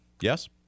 Yes